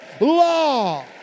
law